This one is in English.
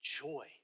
joy